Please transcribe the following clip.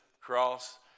cross